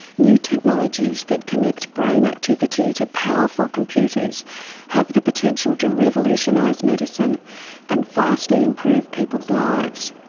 new technologies that connect brain activity to powerful computers have the potential to revolutionise medicine and vastly improve people's lives.